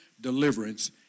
deliverance